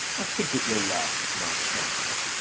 i think it will last my time.